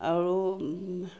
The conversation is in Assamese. আৰু